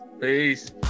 Peace